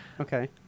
Okay